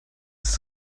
ist